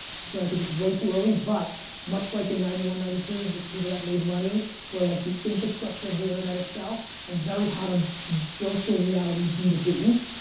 so i think it's way to early but much like in ninety one, ninety two, the people that made money were like the infrastructure of the internet itself. i'm very hot on virtual reality b two b.